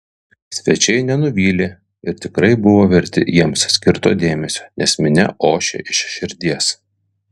svečiai nenuvylė ir tikrai buvo verti jiems skirto dėmesio nes minia ošė iš širdies